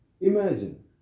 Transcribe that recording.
Imagine